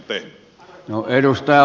arvoisa puhemies